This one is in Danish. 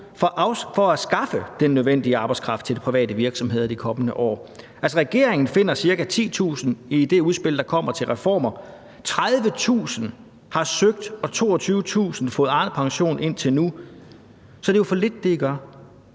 for at skaffe den nødvendige arbejdskraft til de private virksomheder i de kommende år? Altså, regeringen finder ca. 10.000 personer i det udspil, der kommer, til reformer. 30.000 har søgt om og 22.000 har fået Arnepension indtil nu. Så det, I gør, er jo for lidt.